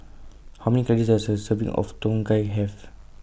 How Many Calories Does A Serving of Tom Kha Gai Have